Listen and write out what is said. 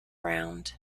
round